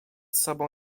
sobą